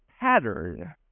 pattern